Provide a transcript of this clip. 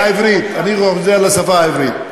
לעברית, אני חוזר לשפה העברית,